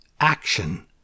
Action